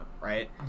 right